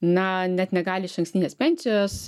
na net negali išankstinės pensijos